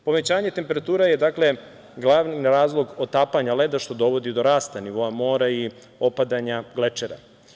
Povećanje temperatura je glavni razlog otapanja leda što dovodi do rasta nivoa mora i opadanja glečera.